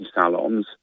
salons